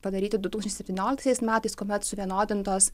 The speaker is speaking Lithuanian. padaryti du tūkstančiai septynioliktaisiais metais kuomet suvienodintos